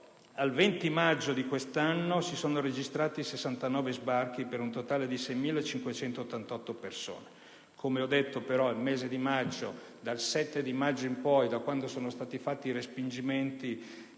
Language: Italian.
al 20 maggio di quest'anno si sono registrati 69 sbarchi per un totale di 6.588 persone. Come ho detto, però, dal 7 maggio in poi, da quando cioè sono stati fatti i respingimenti,